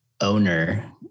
owner